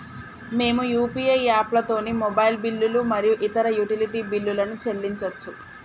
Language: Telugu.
మేము యూ.పీ.ఐ యాప్లతోని మొబైల్ బిల్లులు మరియు ఇతర యుటిలిటీ బిల్లులను చెల్లించచ్చు